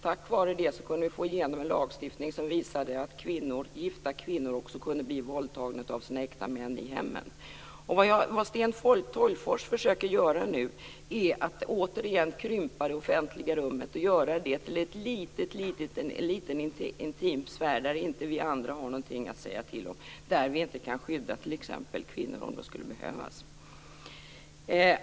Tack vare det lyckades vi få igenom en lagstiftning som accepterade att gifta kvinnor också kunde bli våldtagna av sina äkta män i hemmen. Det Sten Tolgfors försöker göra nu är att återigen krympa det offentliga rummet och göra det till en liten intim sfär där vi andra inte har någonting att säga till om, där vi inte kan skydda t.ex. kvinnor om det skulle behövas.